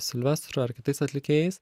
silvestru ar kitais atlikėjais